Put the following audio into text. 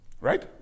Right